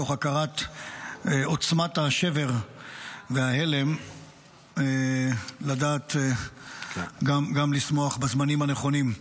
בתוך הכרת עוצמת השבר וההלם לדעת גם לשמוח בזמנים הנכונים.